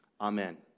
amen